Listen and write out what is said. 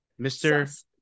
Mr